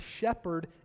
shepherd